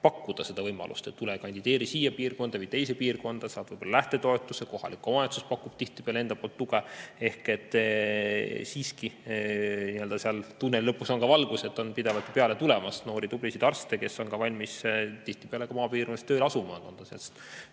pakkuda seda võimalust, et tule kandideeri siia piirkonda või teise piirkonda, saad võib-olla lähtetoetust ja kohalik omavalitsus pakub tihtipeale enda poolt tuge. Ehk siiski seal tunneli lõpus on ka valgus, et on pidevalt peale tulemas noori tublisid arste, kes on valmis tihtipeale ka maapiirkonnas tööle asuma.